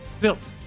built